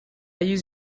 use